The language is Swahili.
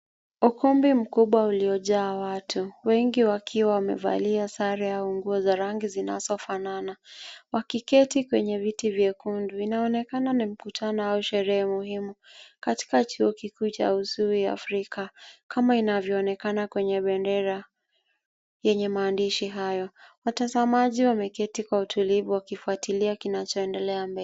Ukumbi mkubwa uliojaa watu, wengi wakiwa wamevalia sare au nguo za rangi zinazofanana, wakiketi kwenye viti vyekundu. Inaonekana ni mkutano au sherehe muhimu katika Chuo Kikuu cha Uzuri Afrika, kama inavyoonekana kwenye bendera yenye maandishi haya. Watazamaji wameketi kwa utulivu, wakifuatilia kinachoendelea mbele.